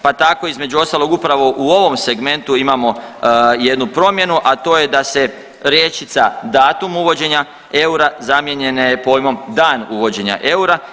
Pa tako između ostalog upravo u ovom segmentu imamo jednu promjenu, a to je da se rječica „datum uvođenja eura“ zamijenjena je pojmom „dan uvođenja eura“